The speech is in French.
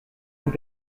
vous